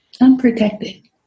unprotected